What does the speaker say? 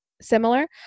similar